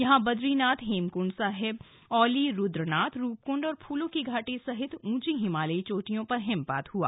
यहां बदरीनाथ हेमक्ंड साहिब औली रुद्रनाथ रूपक्ंड और फूलों की घाटी सहित ऊंची हिमालयी चोटियों पर हिमपात हुआ